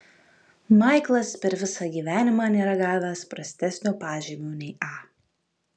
maiklas per visą gyvenimą nėra gavęs prastesnio pažymio nei a